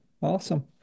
Awesome